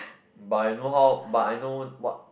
but I know how but I know what